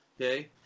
okay